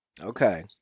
Okay